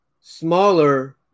smaller